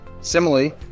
Similarly